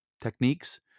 techniques